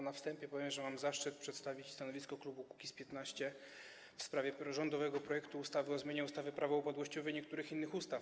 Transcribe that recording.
Na wstępie powiem, że mam zaszczyt przedstawić stanowisko klubu Kukiz’15 w sprawie rządowego projektu ustawy o zmianie ustawy Prawo upadłościowe i niektórych innych ustaw.